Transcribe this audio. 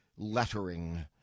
lettering